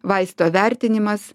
vaisto vertinimas